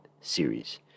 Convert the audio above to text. series